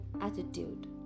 attitude